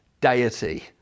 deity